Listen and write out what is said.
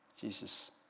Jesus